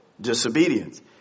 disobedience